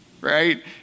Right